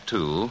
Two